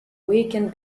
weekend